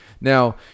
Now